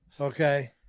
Okay